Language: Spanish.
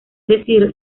decir